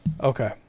Okay